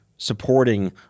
supporting